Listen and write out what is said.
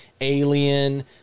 alien